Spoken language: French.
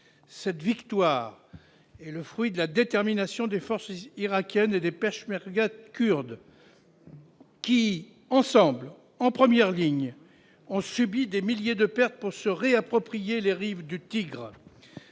Cette victoire est le fruit de la détermination des forces irakiennes et des peshmergas kurdes, qui, ensemble, en première ligne, ont subi des milliers de pertes pour se réapproprier les rives du Tigre.